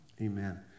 Amen